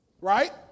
Right